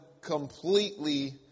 completely